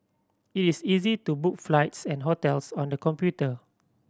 it is easy to book flights and hotels on the computer